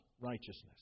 righteousness